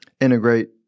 integrate